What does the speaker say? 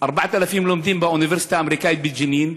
4,000 לומדים באוניברסיטה האמריקנית בג'נין,